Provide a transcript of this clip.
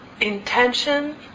intention